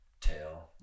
tail